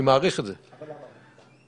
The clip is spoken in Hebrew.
אמרת לי: הרי אתה התחלת עם גיור בצבא.